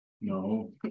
no